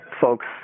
folks